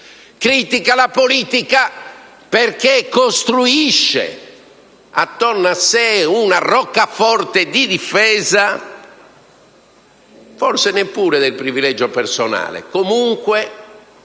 Criticano la politica perché costruisce attorno a sé una roccaforte di difesa, forse neppure del privilegio personale, ma comunque